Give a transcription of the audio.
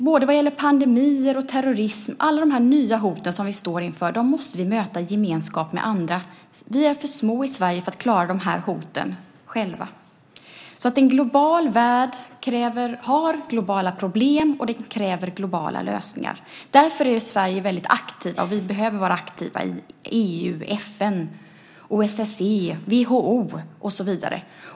Både pandemi och terrorism, liksom alla de nya hot som vi står inför, måste vi möta i gemenskap med andra. Vi är för små i Sverige för att klara de här hoten själva. En global värld har globala problem och kräver globala lösningar. Därför är Sverige väldigt aktivt. Vi behöver vara aktiva i EU, FN, OSSE, WHO och så vidare.